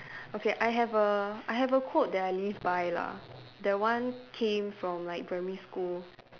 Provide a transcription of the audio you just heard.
okay I have a I have a quote that I live by lah that one came from like primary school